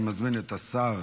אני מזמין את השר